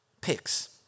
picks